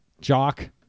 Jock